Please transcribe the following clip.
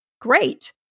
great